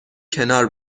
کنار